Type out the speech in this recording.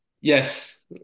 Yes